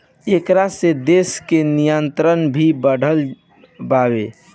ऐकरा से देश के निर्यात भी बढ़ल बावे